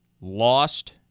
Lost